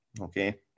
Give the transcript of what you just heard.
okay